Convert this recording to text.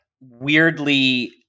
weirdly